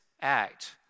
act